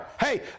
hey